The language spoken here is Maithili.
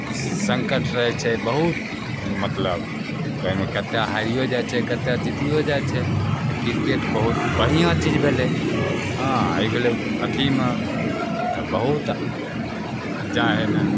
संकट रहै छै बहुत मतलब तऽ ओहिमे कते हारियो जाइ छै कते जीतियो जाइ छै तऽ क्रिकेट बहुत बढ़िऑं चीज भेलै हँ ई भेलै अथीमे तऽ बहुत